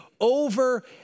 over